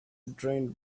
drained